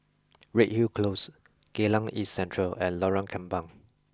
Redhill Close Geylang East Central and Lorong Kembang